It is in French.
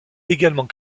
également